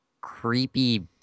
creepy